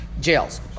Jails